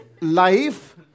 life